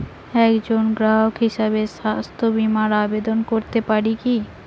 একজন গ্রাহক হিসাবে স্বাস্থ্য বিমার আবেদন করতে পারি কি?